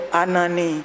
anani